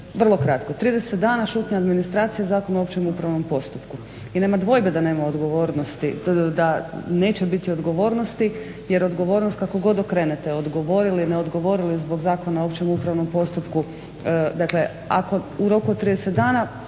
Vrlo kratko, 30 dana, šutnja administracije, Zakon o opće upravnom postupku i nema dvojbe da neće biti odgovornosti jer odgovornost kako god okrenete odgovorili ili ne odgovorili zbog Zakona o opće upravnom postupku dakle ako u roku od 30 dana